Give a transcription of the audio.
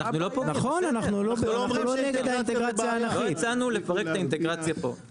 לא הצענו לפרק את האינטגרציה פה.